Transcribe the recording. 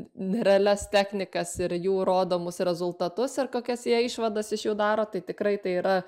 nerealias technikas ir jų rodomus rezultatus ir kokias jie išvadas iš jų daro tai tikrai tai yra